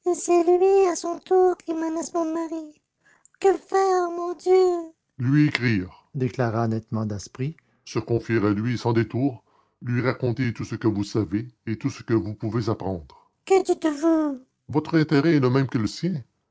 à son tour qui menace mon mari que faire mon dieu lui écrire déclara nettement daspry se confier à lui sans détours lui raconter tout ce que vous savez et tout ce que vous pouvez apprendre que dites-vous votre intérêt est le même que le sien